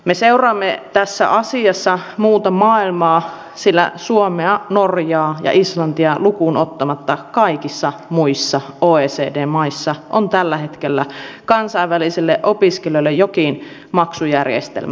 me seuraamme tässä asiassa muuta maailmaa sillä suomea norjaa ja islantia lukuun ottamatta kaikissa muissa oecd maissa on tällä hetkellä kansainvälisille opiskelijoille jokin maksujärjestelmä